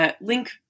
link